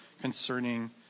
concerning